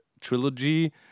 trilogy